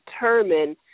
determine